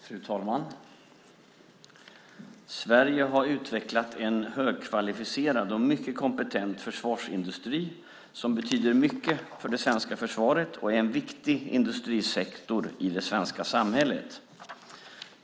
Fru talman! Sverige har utvecklat en högkvalificerad och mycket kompetent försvarsindustri som betyder mycket för det svenska försvaret och är en viktig industrisektor i det svenska samhället.